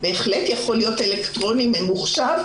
זה בהחלט יכול להיות אלקטרוני וממוחשב,